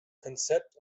konzept